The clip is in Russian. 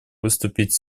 выступить